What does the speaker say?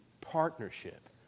partnership